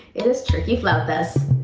it is true love this.